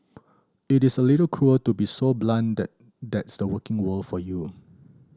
it is a little cruel to be so blunt that that's the working world for you